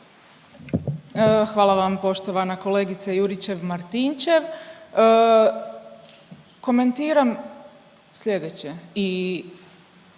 Hvala vam poštovana kolegice Juričev-Martinčev. Komentiram slijedeće